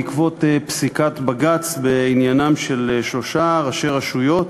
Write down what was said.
בעקבות פסיקת בג"ץ בעניינם של שלושה ראשי רשויות,